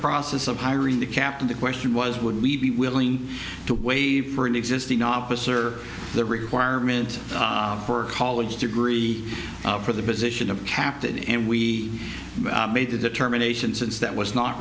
process of hiring the captain the question was would we be willing to waive for an existing office or the requirement for a college degree for the position of captain and we made the determination since that was not